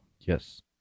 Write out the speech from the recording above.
yes